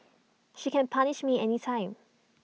she can punish me anytime